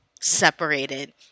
separated